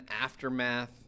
aftermath